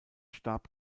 starb